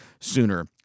sooner